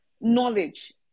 knowledge